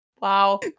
Wow